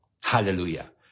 Hallelujah